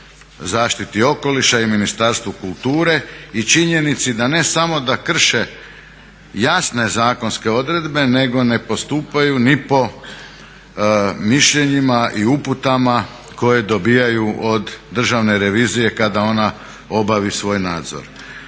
zaštiti okoliša i Ministarstvu kulture i činjenici da ne samo da krše jasne zakonske odredbe, nego ne postupaju ni po mišljenjima i uputama koje dobijaju od Državne revizije kada ona obavi svoj nadzor.